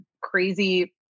crazy